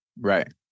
Right